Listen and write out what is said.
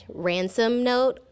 ransomnote